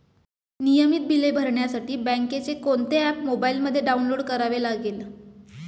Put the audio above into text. नियमित बिले भरण्यासाठी बँकेचे कोणते ऍप मोबाइलमध्ये डाऊनलोड करावे लागेल?